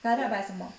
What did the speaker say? guarded by 什么